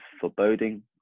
foreboding